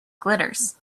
glitters